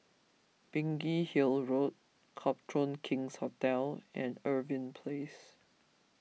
Biggin Hill Road Copthorne King's Hotel and Irving Place